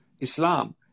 Islam